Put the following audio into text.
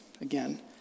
again